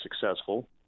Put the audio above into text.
successful